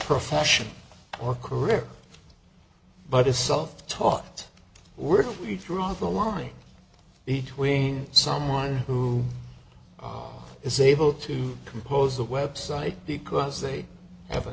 profession or career but is self taught were you draw the line between someone who is able to compose a website because they have